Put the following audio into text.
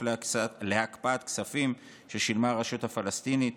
להקפאת כספים ששילמה הרשות הפלסטינית